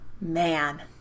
Man